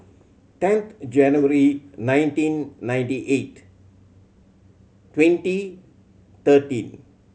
tenth January nineteen ninety eight twenty thirteen